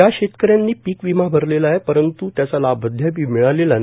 ज्या शेतकऱ्यांनी पीक विमा भरलेला आहे परंतु त्याच्या लाभ अद्यापही मिळालेला नाही